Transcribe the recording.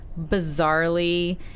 bizarrely